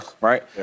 right